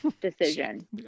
decision